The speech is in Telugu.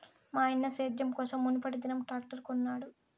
మాయన్న సేద్యం కోసం మునుపటిదినం ట్రాక్టర్ కొనినాడు